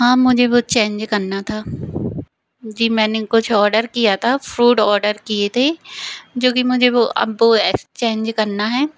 हाँ मुझे वो चेंज करना था जी मैंने कुछ ओडर किया था फ्रूड ओडर किए थे जोकि मुझे वो अब वो एक्स्चेंज करना है